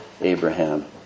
Abraham